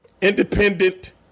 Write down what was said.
independent